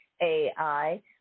AI